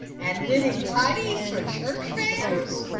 and knitting tidies for church fairs?